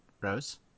Rose